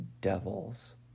devils